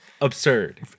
Absurd